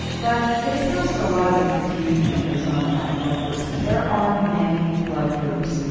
but it accounts for a lot of the confusion that goes on about blood groups and there are many blood groups.